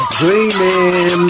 dreaming